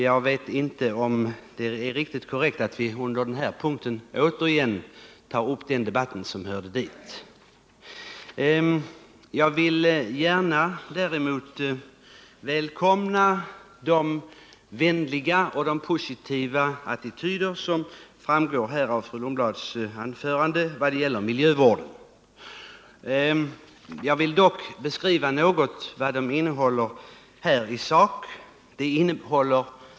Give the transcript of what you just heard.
Jag tror inte att det är riktigt korrekt att vi under den här punkten återigen tar upp debatten från i går, men jag vill däremot välkomna de vänliga och positiva attityder som kom till uttryck i fru Lundblads anförande när det gäller miljövården. Jag vill gärna något beröra vad reservationen 16 innehåller i sak.